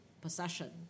possession